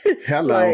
Hello